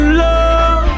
love